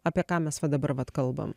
apie ką mes va dabar vat kalbam